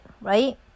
right